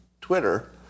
Twitter